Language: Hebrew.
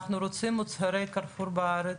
אנחנו רוצים מוצרי 'קרפור' בארץ.